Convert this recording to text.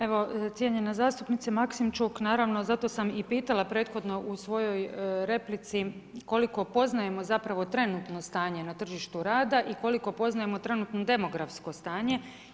Evo cijenjena zastupnice Maksimčuk, naravno zato sam i pitala prethodno u svojoj replici koliko poznajemo zapravo trenutno stanje na tržištu rada i koliko poznajemo trenutno demografsko stanje.